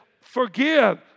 forgive